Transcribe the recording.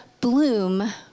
bloom